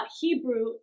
hebrew